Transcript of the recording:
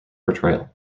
portrayal